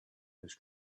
his